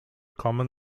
common